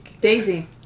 Daisy